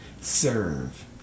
serve